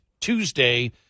Tuesday